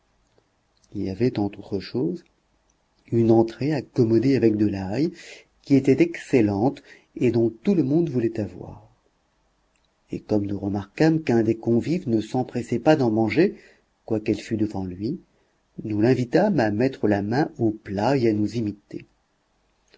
il y avait entre autres choses une entrée accommodée avec de l'ail qui était excellente et dont tout le monde voulait avoir et comme nous remarquâmes qu'un des convives ne s'empressait pas d'en manger quoiqu'elle fût devant lui nous l'invitâmes à mettre la main au plat et à nous imiter